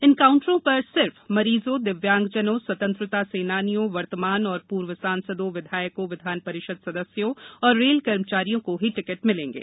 इन काउंटरों पर सिर्फ मरीजों दिव्यांगजनों स्वतंत्रता सेनानियों वर्तमान और पूर्व सांसदों विधायकों विधान परिषद सदस्यों और रेल कर्मचारियों को ही टिकट मिलेंगे